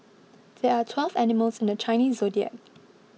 there are twelve animals in the Chinese zodiac